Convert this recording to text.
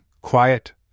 quiet